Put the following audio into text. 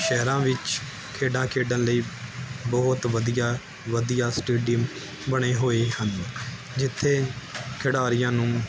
ਸ਼ਹਿਰਾਂ ਵਿੱਚ ਖੇਡਾਂ ਖੇਡਣ ਲਈ ਬਹੁਤ ਵਧੀਆ ਵਧੀਆ ਸਟੇਡੀਅਮ ਬਣੇ ਹੋਏ ਹਨ ਜਿੱਥੇ ਖਿਡਾਰੀਆਂ ਨੂੰ